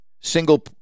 single